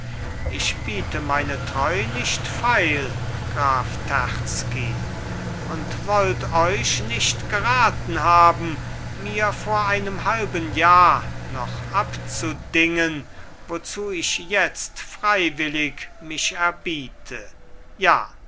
ich biete meine treu nicht feil graf terzky und wollt euch nicht geraten haben mir vor einem halben jahr noch abzudingen wozu ich jetzt freiwillig mich erbiete ja